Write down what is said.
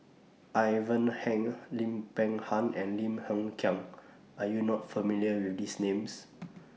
Ivan Heng Lim Peng Han and Lim Hng Kiang Are YOU not familiar with These Names